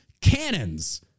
cannons